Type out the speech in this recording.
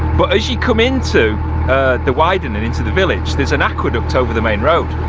but as she come into the widening into the village, there's an aqueduct over the main road.